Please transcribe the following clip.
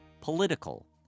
political